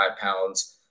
pounds